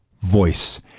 voice